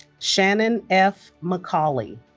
shannon f. mccauley